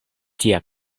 tia